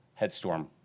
headstorm